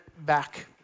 back